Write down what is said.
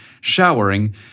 showering